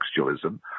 textualism